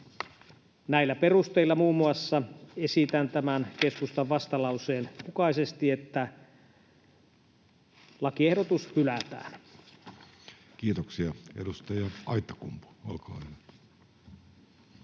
näillä perusteilla esitän tämän keskustan vastalauseen mukaisesti, että lakiehdotus hylätään. Kiitoksia. — Edustaja Aittakumpu, olkaa hyvä.